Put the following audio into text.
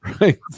right